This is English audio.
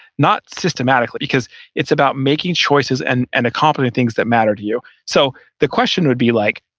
not systematically because it's about making choices and and a competent things that mattered to you. so the question would be like,